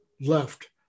left